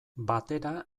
batera